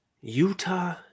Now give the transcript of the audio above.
Utah